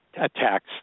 attacks